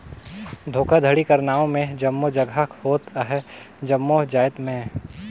धोखाघड़ी कर नांव में जम्मो जगहा होत अहे जम्मो जाएत में